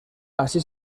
así